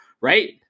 right